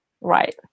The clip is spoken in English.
right